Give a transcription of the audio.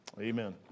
Amen